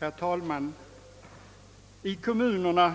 Herr talman! Ute i kommunerna